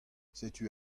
setu